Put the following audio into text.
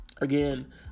Again